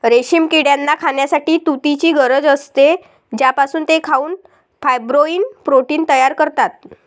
रेशीम किड्यांना खाण्यासाठी तुतीची गरज असते, ज्यापासून ते खाऊन फायब्रोइन प्रोटीन तयार करतात